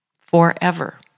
forever